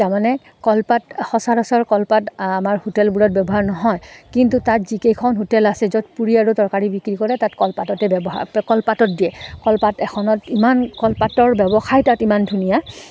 তাৰমানে কলপাত সচৰাচৰ কলপাত আমাৰ হোটেলবোৰত ব্যৱহাৰ নহয় কিন্তু তাত যিকেইখন হোটেল আছে য'ত পুৰি আৰু তৰকাৰী বিক্ৰী কৰে তাত কলপাততে ব্যৱহাৰ কলপাতত দিয়ে কলপাত এখনত ইমান কলপাতৰ ব্যৱসায় তাত ইমান ধুনীয়া